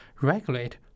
regulate